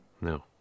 No